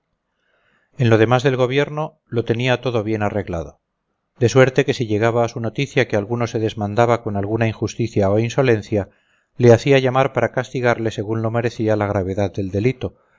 en lo demás del gobierno lo tenía todo bien arreglado de suerte que si llegaba a su noticia que alguno se desmandaba con alguna injusticia o insolencia le hacía llamar para castigarle según lo merecía la gravedad del delito